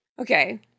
Okay